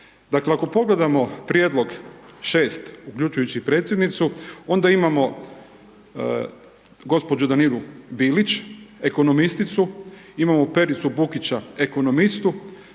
Ako pogledamo prijedlog 6., uključujući predsjednicu, onda imamo g. Daniru Bilić, ekonomisticu, imamo Pericu Bukića, ekonomistu,